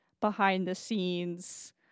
behind-the-scenes